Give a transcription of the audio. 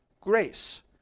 grace